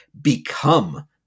become